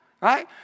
right